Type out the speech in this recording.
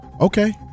Okay